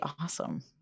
awesome